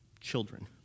children